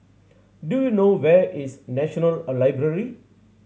do you know where is National a Library